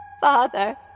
Father